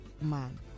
man